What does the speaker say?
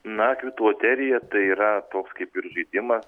na kvitų loterija tai yra toks kaip ir žaidimas